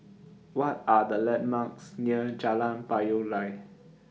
What Are The landmarks near Jalan Payoh Lai